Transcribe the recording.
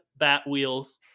Batwheels